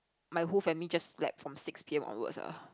my whole family just slept from six p_m onwards ah